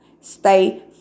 Stay